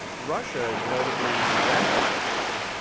russia, notably, has ratified the treaty,